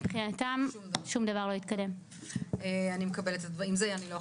מבחינתם שום דבר לא התקדם.